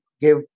give